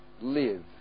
live